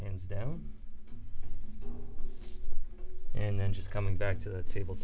hands down and then just coming back to the table